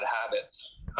habits